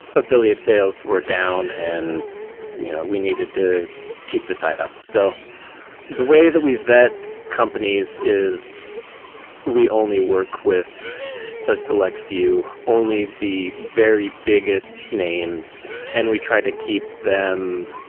affiliate sales were down and we needed to keep the site up. so the way that we vet companies is we only work with a select few, only the very biggest names, and we try to keep them